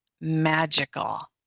magical